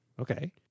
Okay